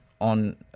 on